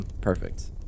Perfect